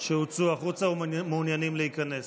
שהוצאו החוצה ומעוניינים להיכנס.